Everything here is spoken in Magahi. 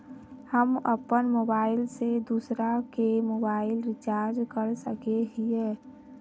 हम अपन मोबाईल से दूसरा के मोबाईल रिचार्ज कर सके हिये?